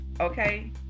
Okay